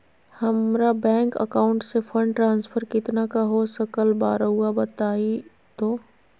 हमरा bank account से fund transfer कितना का हो सकल बा रुआ बताई तो?